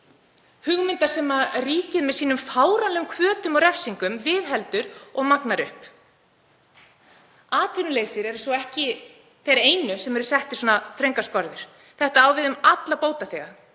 hugmynda sem ríkið með sínum fáránlegum hvötum og refsingum viðheldur og magnar upp. Atvinnulausir eru svo ekki þeir einu sem eru settar svona þröngar skorður. Þetta á við um alla bótaþega.